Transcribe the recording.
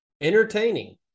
entertaining